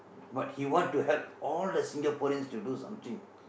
but he want to help all the Singaporeans to do something